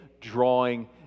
drawing